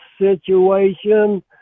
situation